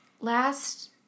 last